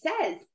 says